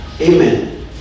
Amen